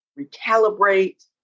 recalibrate